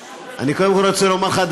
אני קודם כול רוצה לומר לך,